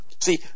See